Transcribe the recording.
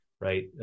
right